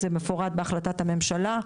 זה מפורט בהחלטת הממשלה.